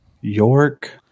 York